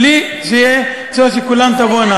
בלי שיהיה צורך שכולן תבואנה.